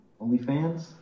OnlyFans